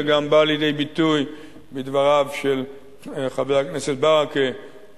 וגם בא לידי ביטוי בדבריו של חבר הכנסת ברכה,